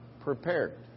prepared